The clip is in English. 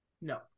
No